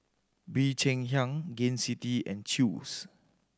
Bee Cheng Hiang Gain City and Chew's